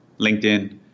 LinkedIn